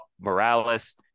Morales